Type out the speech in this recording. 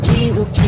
Jesus